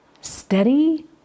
Steady